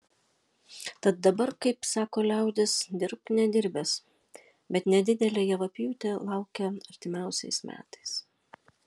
tad dabar kaip sako liaudis dirbk nedirbęs bet nedidelė javapjūtė laukia artimiausiais metais